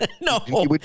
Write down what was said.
No